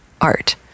art